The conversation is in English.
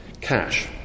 cash